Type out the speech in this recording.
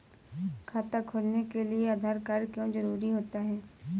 खाता खोलने के लिए आधार कार्ड क्यो जरूरी होता है?